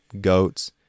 goats